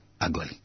Ugly